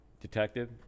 Detective